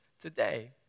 today